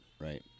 Right